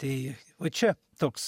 tai va čia toks